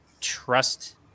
trust